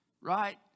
right